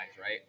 right